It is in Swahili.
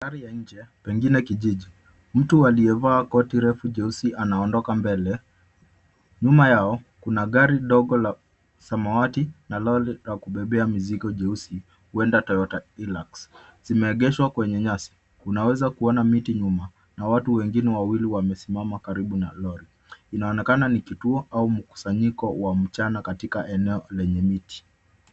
Mandhari ya nje pengine kijiji mtu aliyevaa koti refu jeusi anaondoka mbele nyuma yao kuna gari dogo la samawati na lori la kubebea mizigo jeusi huenda Toyota Hillux zimeegeshwa kwenye nyasi unaweza kuona miti nyuma na watu wengine wawili wamesimama karibu na lorry inaonekana ni kituo au mkusanyiko wa mchana katika eneo lenye miti.